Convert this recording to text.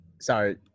sorry